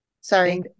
Sorry